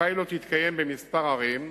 הפיילוט יתקיים בכמה ערים,